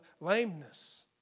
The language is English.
lameness